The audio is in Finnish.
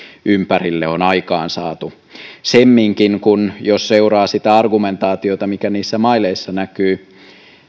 ympärille on aikaansaatu semminkin kun jos seuraa sitä argumentaatiota mikä niissä maileissa näkyy